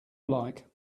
like